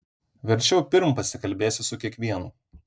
verčiau pirm pasikalbėsiu su kiekvienu